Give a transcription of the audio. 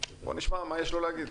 בוא נשמע מה יש לו להגיד.